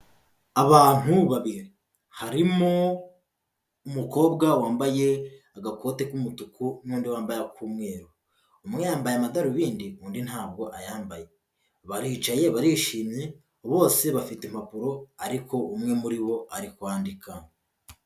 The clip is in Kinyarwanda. Abantu babiri harimo umukobwa wambaye agakote k'umutuku n'undi wambaye ak'umweru, umwe yambaye amadarubindi undi ntabwo ayambaye, baricaye barishimye, bose bafite impapuro ariko umwe muri bo ari kwandika.